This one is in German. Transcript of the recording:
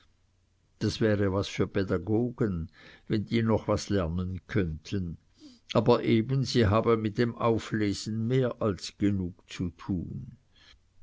das wäre was für pädagogen wenn die noch was lernen könnten aber eben sie haben mit dem auflesen mehr als genug zu tun